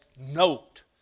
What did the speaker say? note